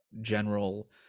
general